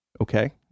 Okay